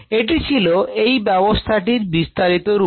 এটি ছিল এই ব্যবস্থাটির বিস্তারিত রূপ